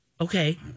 Okay